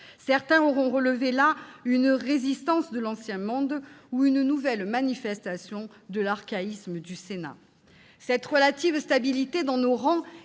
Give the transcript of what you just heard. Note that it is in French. Certains auront relevé là une « résistance de l'ancien monde » ou une nouvelle manifestation de l'« archaïsme » du Sénat. Cette relative stabilité dans nos rangs